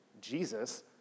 Jesus